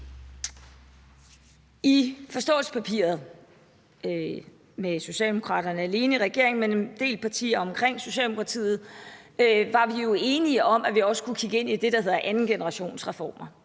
udfærdiget, da Socialdemokratiet sad alene i regering, men hvor der var en del partier omkring Socialdemokratiet, var vi jo enige om, at vi også skulle kigge ind i det, der hedder andengenerationsreformer,